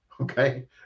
okay